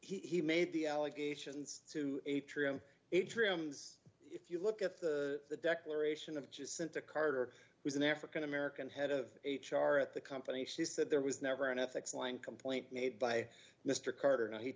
that he made the allegations to atria atriums if you look at the declaration of just sent to carter was an african american head of h r at the company she said there was never an ethics lying complaint made by mr carter and he